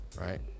right